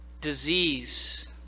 disease